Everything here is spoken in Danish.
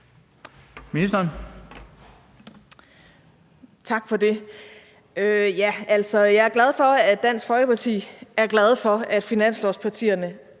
Krag): Tak for det. Altså, jeg er glad for, at Dansk Folkeparti er glade for, at finanslovspartierne